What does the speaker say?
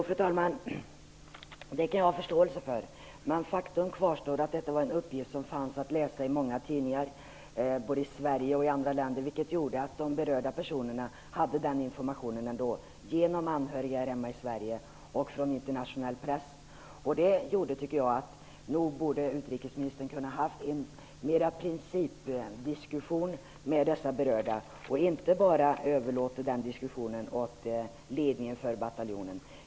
Fru talman! Jag kan ha förståelse för det. Men faktum kvarstår att detta var en uppgift som fanns att läsa i många tidningar i både Sverige och andra länder. Det ledde till att de berörda personerna fick informationen från anhöriga hemma i Sverige och från internationell press. Därför anser jag att utrikesministern hade kunnat ha en principdiskussion med de berörda och inte överlåtit den diskussionen till ledningen för bataljonen.